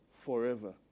forever